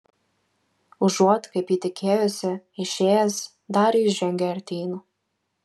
užuot kaip ji tikėjosi išėjęs darijus žengė artyn